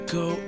go